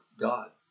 God